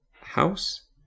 house